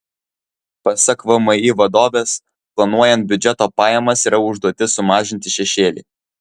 pasak vmi vadovės planuojant biudžeto pajamas yra užduotis sumažinti šešėlį